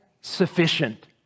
sufficient